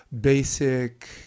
basic